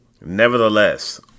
Nevertheless